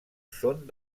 són